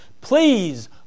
please